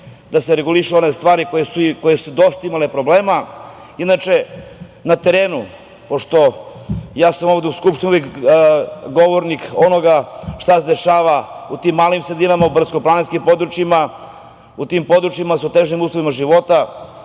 da se regulišu one stvari koje su imale dosta problema. Inače, ja sam ovde u Skupštini pobornik onoga što se dešava u tim malim sredinama, u brdsko-planinskim područjima, u tim područjima su teži uslovi života,